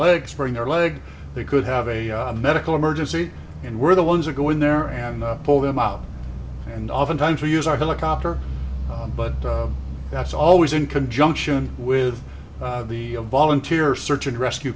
legs bring their leg they could have a medical emergency and we're the ones who go in there and pull them out and oftentimes we use our helicopter but that's always in conjunction with the volunteer search and rescue